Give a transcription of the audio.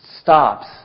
stops